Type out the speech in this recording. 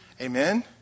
Amen